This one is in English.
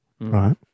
right